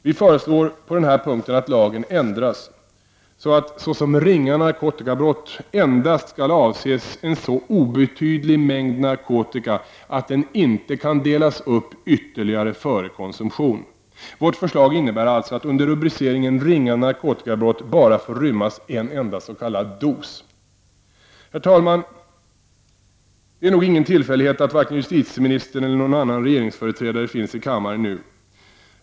Vi föreslår på den här punkten att lagen ändras så att såsom ringa narkotikabrott endast skall avses en så obetydlig mängd narkotika att den inte kan delas upp ytterligare före konsumtion. Vårt förslag innebär alltså att under rubriceringen ringa narkotikabrott bara får rymmas en enda s.k. dos. Herr talman! Det är nog ingen tillfällighet att varken justitieministern eller någon annan regeringsföreträdare finns i kammaren nu.